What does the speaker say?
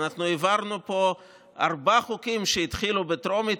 העברנו פה ארבעה חוקים שהתחילו בטרומית